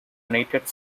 united